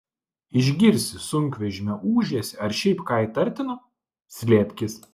išgirsi sunkvežimio ūžesį ar šiaip ką įtartino slėpkis